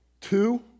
Two